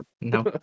No